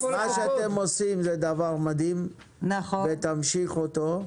מה שאתם עושים זה דבר מדהים ותמשיכו אותו.